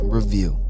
Review